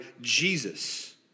Jesus